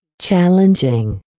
Challenging